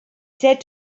said